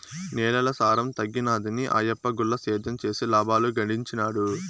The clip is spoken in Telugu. నేలల సారం తగ్గినాదని ఆయప్ప గుల్ల సేద్యం చేసి లాబాలు గడించినాడు